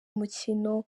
umukino